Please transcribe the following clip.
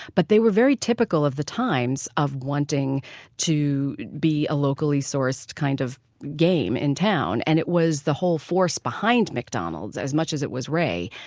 but they were very typical of the times of wanting to be a locally sourced kind of game in town. and it was the whole force behind mcdonald's, as much as it was ray,